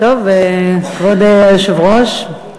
כבוד היושב-ראש,